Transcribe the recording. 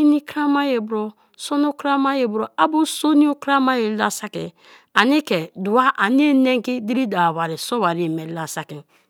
ini krama ye bro, sono krama ye bro, abo sonio kran-a, ye la saki ani ike dua anie nergi dire dawo wari so barie me la saki